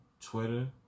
Twitter